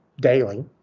daily